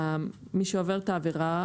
מי שעובר את העבירה,